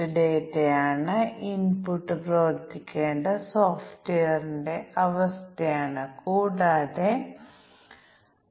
ഉദാഹരണത്തിന് ഒരു നിശ്ചിത തീയതിക്കായി ദിവസം കണക്കാക്കാൻ ഞങ്ങൾ ആഗ്രഹിക്കുന്നുവെന്ന് കരുതുക